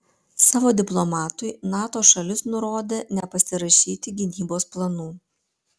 savo diplomatui nato šalis nurodė nepasirašyti gynybos planų